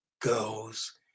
girls